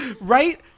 Right